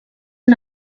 han